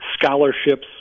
Scholarships